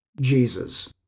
Jesus